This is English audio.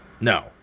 No